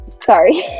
Sorry